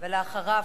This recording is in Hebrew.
ואחריו,